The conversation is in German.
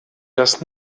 das